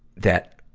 that,